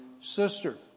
sister